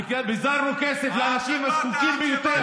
פיזרנו כסף לאנשים הזקוקים ביותר,